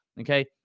okay